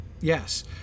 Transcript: yes